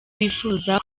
bifuza